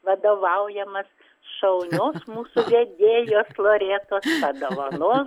vadovaujamas šaunios mūsų vedėjos loretos padovanos